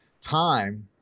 time